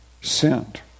sent